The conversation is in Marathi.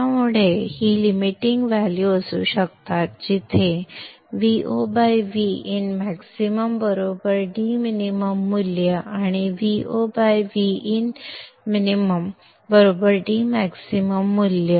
त्यामुळे ही लिमिटिंग व्हॅल्यू असू शकतात जिथे Vo Vin max dmin मूल्य आणि Vo Vin min dmax मूल्य